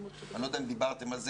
אנילא יודע אם דיברתם על זה.